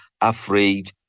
afraid